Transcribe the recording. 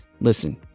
Listen